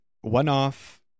one-off